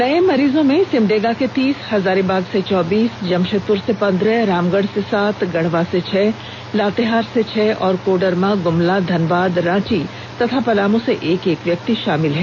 नए मरीजों में सिमडेगा से तीस हजारीबाग से चौबीस जमशेदपुर से पंद्रह रामगढ से सात गढवा से छह लातेहार से छह और कोडरमा गुमला धनबाद रांची और पलामू से एक एक व्यक्ति शामिल है